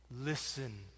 Listen